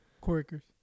Quakers